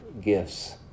gifts